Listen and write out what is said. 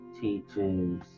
teaches